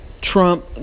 Trump